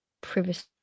privacy